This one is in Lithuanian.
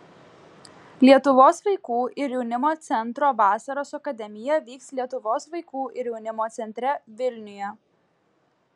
lietuvos vaikų ir jaunimo centro vasaros akademija vyks lietuvos vaikų ir jaunimo centre vilniuje